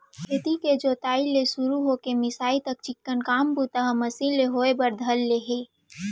खेत के जोताई ले सुरू हो के मिंसाई तक चिक्कन काम बूता ह मसीन ले होय बर धर ले हे